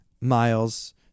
Miles